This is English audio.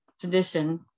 tradition